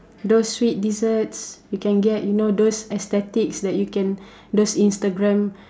those sweet desserts you can get you know those aesthetics that you can those Instagram